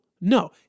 no